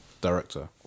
director